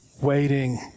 waiting